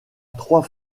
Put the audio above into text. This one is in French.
trois